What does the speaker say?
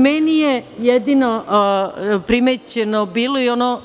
Meni je jedino primećeno bilo, i ono